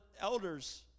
elders